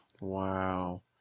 Wow